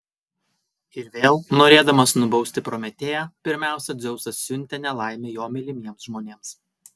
ir vėl norėdamas nubausti prometėją pirmiausia dzeusas siuntė nelaimę jo mylimiems žmonėms